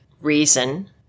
reason